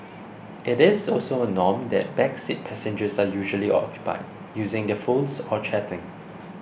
it is also a norm that back seat passengers are usually occupied using their phones or chatting